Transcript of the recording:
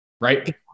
right